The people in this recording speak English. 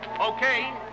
Okay